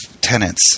tenants